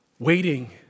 Waiting